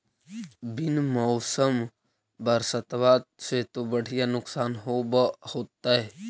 बिन मौसम बरसतबा से तो बढ़िया नुक्सान होब होतै?